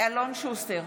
אלון שוסטר,